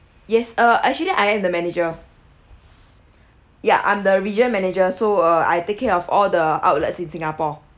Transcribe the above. yes uh actually I am the manager ya I'm the regional manager so uh I take care of all the outlets in singapore